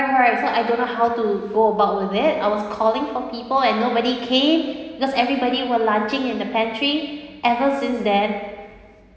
right so I don't know how to go about with it I was calling for people and nobody came because everybody were lunching in the pantry ever since then